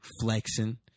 Flexing